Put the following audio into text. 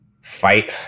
fight